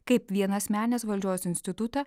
kaip vienasmenės valdžios institutą